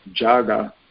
Jaga